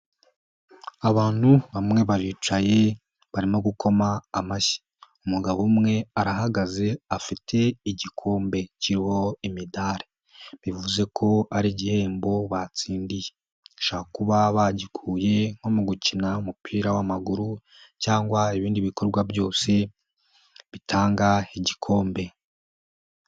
Abantu bamwe baricaye barimo gukoma amashyi, umugabo umwe arahagaze afite igikombe cy'ririmo imidari bivuze ko ari igihembo batsindiye, bashobora kuba bagikuye nko mu gukina umupira w'amaguru cyangwa ibindi bikorwa byose bitanga igikombe.